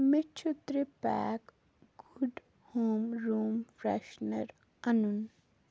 مےٚ چھُ ترٛےٚ pack good home room freshener اَنُن